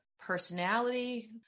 personality